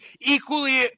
equally